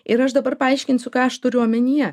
ir aš dabar paaiškinsiu ką aš turiu omenyje